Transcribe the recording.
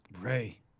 Ray